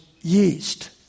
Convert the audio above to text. yeast